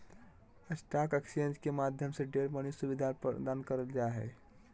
stock exchange के माध्यम से ढेर मनी सुविधा प्रदान करल जा हय